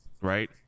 Right